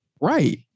Right